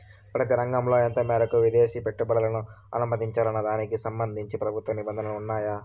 ప్రతి రంగంలో ఎంత మేరకు విదేశీ పెట్టుబడులను అనుమతించాలన్న దానికి సంబంధించి ప్రభుత్వ నిబంధనలు ఉన్నాయా?